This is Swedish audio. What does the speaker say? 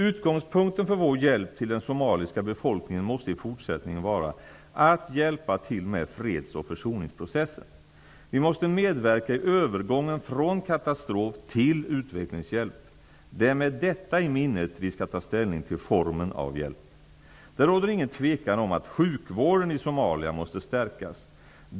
Utgångspunkten för vår hjälp till den somaliska befolkningen måste i fortsättningen vara att hjälpa till med freds och försoningsprocessen. Vi måste medverka vid övergången från katastrof till utvecklingshjälp. Det är med detta i minnet vi skall ta ställning till formen av hjälp. Det råder ingen tvekan om att sjukvården i Somalia måste stärkas.